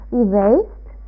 erased